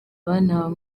banahawe